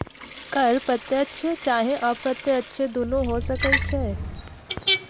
कर प्रत्यक्ष चाहे अप्रत्यक्ष दुन्नो हो सकइ छइ